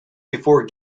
before